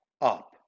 up